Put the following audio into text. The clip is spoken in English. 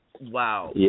Wow